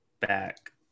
Back